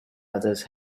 others